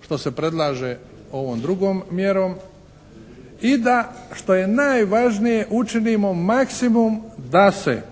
što se predlaže ovom drugom mjerom i da što je najvažnije učinimo maksimum da se